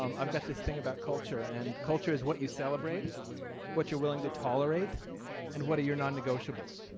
um i've got this thing about culture and culture is what you celebrate what you're willing to tolerate and what are your non-negotiable.